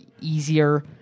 easier